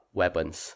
weapons